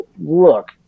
look